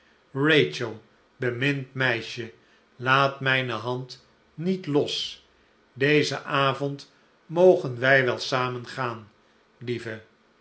bemind meisje laat mijne hand niet los dezen avond mogen wij wel samen gaan lieve